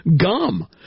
gum